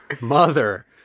mother